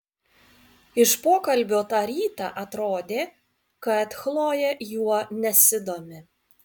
iš pokalbio tą rytą atrodė kad chlojė juo nesidomi